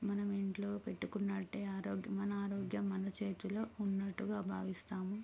మనం ఇంట్లో పెట్టుకున్నట్టు ఆరోగ్యం మన ఆరోగ్యం మన చేతిలో ఉన్నట్టుగా భావిస్తాము